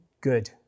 good